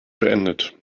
beendet